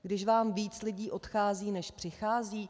Když vám víc lidí odchází než přichází?